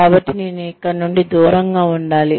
కాబట్టి నేను ఇక్కడి నుండి దూరంగా ఉండాలి